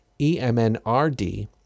EMNRD